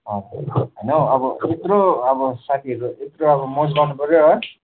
होइन हौ अब यत्रो अब साथीहरू यत्रो अब मोज गर्नु पऱ्यो है